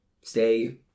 stay